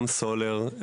גם סולר,